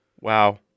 Wow